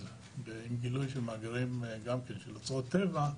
עם גילוי של מאגרים של אוצרות טבע גם כן,